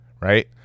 right